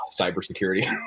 cybersecurity